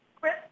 Chris